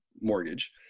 mortgage